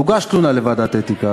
תוגש תלונה לוועדת האתיקה,